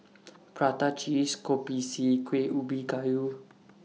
Prata Cheeses Kopi C Kueh Ubi Kayu